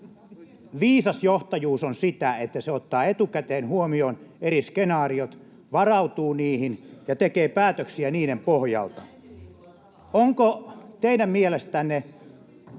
viisas johtajuus on sitä, että se ottaa etukäteen huomioon eri skenaariot, varautuu niihin ja tekee päätöksiä niiden pohjalta. [Kimmo Kiljusen